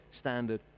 standard